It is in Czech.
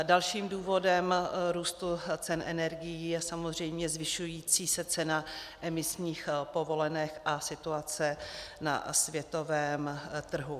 Dalším důvodem růstu cen energií je samozřejmě zvyšující se cena emisních povolenek a situace na světovém trhu.